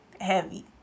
Heavy